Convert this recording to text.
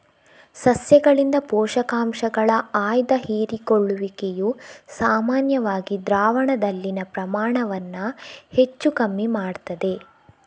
ಸಸ್ಯಗಳಿಂದ ಪೋಷಕಾಂಶಗಳ ಆಯ್ದ ಹೀರಿಕೊಳ್ಳುವಿಕೆಯು ಸಾಮಾನ್ಯವಾಗಿ ದ್ರಾವಣದಲ್ಲಿನ ಪ್ರಮಾಣವನ್ನ ಹೆಚ್ಚು ಕಮ್ಮಿ ಮಾಡ್ತದೆ